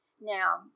Now